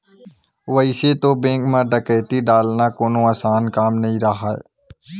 वइसे तो बेंक म डकैती डालना कोनो असान काम नइ राहय